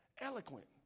eloquent